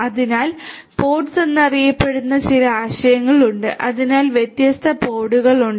അതിനാൽ പോഡ്സ് എന്നറിയപ്പെടുന്ന ചില ആശയങ്ങൾ ഉണ്ട് അതിനാൽ വ്യത്യസ്ത പോഡുകൾ ഉണ്ട്